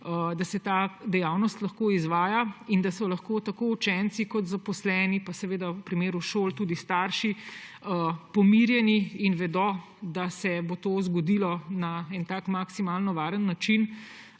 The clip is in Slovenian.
da se ta dejavnost lahko izvaja in da so lahko učenci, zaposleni in v primeru šol tudi starši pomirjeni in vedo, da se bo to zgodilo na en maksimalno varen način